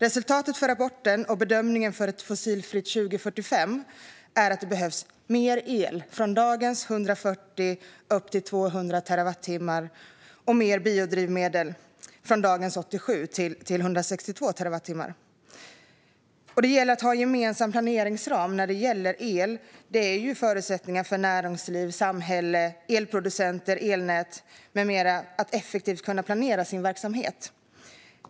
Resultatet i rapporten och bedömningen för ett fossilfritt 2045 är att det behövs mer el, från dagens 140 upp till 200 terawattimmar, och mer biodrivmedel, från dagens 87 till 162 terawattimmar. Att ha en gemensam planeringsram när det gäller el är en förutsättning för näringsliv, samhälle, elproducenter, elnät med flera att effektivt kunna planera sin verksamhet.